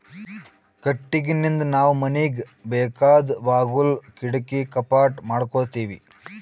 ಕಟ್ಟಿಗಿನಿಂದ್ ನಾವ್ ಮನಿಗ್ ಬೇಕಾದ್ ಬಾಗುಲ್ ಕಿಡಕಿ ಕಪಾಟ್ ಮಾಡಕೋತೀವಿ